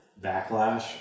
backlash